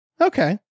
Okay